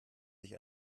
sich